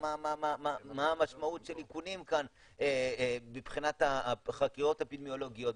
המשמעות של איכונים כאן מבחינת החקירות האפידמיולוגיות,